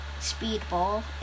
Speedball